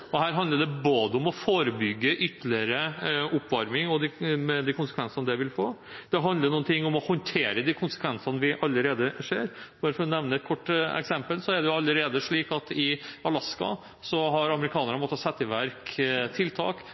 og her handler det om både å forebygge ytterligere oppvarming, med de konsekvensene det vil få, og å håndtere de konsekvensene vi allerede ser. Jeg vil bare kort nevne et eksempel: Det er allerede slik at i Alaska har amerikanerne måttet sette i verk tiltak